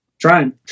Trying